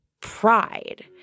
pride